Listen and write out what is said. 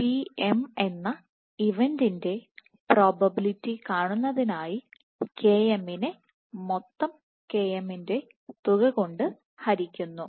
Pm എന്ന ഇവൻറെ probability കാണുന്നതിനായി km നെ മൊത്തം km ൻറെ തുക കൊണ്ട് ഹരിക്കുന്നു